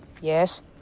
Yes